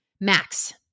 Max